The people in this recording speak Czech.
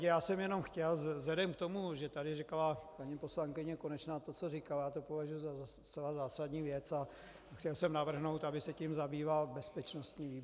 Já jsem jenom chtěl vzhledem k tomu, že tady říkala paní poslankyně Konečná to, co říkala, já to považuji za zcela zásadní věc, a chtěl jsem navrhnout, aby se tím zabýval bezpečnostní výbor.